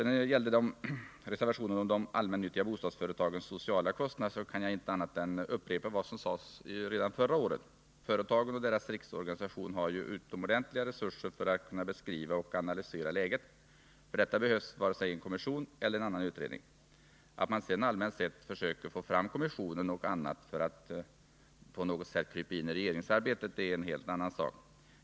När det gäller reservationerna om de allmännyttiga bostadsföretagens sociala kostnader kan jag inte annat än upprepa vad som sades redan förra året: Företagen och deras riksorganisation har utomordentliga resurser för att kunna beskriva och analysera läget — för detta behövs varken en kommission eller någon annan utredning. Att man sedan allmänt sett försöker få fram kommissionen och annat för att på något sätt krypa in i regeringsarbetet är en helt annan sak.